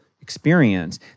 experience